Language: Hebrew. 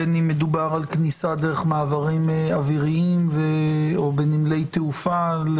בין אם מדובר על כניסה דרך מעברים אוויריים או בנמלי תעופה,